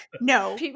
no